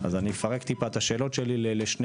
אז אני אפרק טיפה את השאלות שלי אל שני